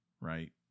right